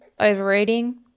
Overeating